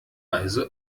also